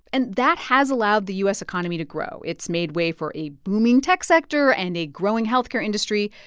and that has allowed the u s. economy to grow. it's made way for a booming tech sector and a growing health care industry.